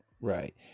Right